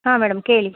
ಹಾಂ ಮೇಡಮ್ ಕೇಳಿ